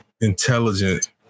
intelligent